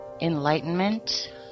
Enlightenment